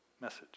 message